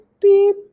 beep